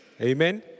Amen